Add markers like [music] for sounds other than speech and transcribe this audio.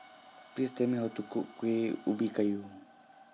[noise] Please Tell Me How to Cook Kueh Ubi Kayu